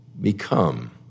become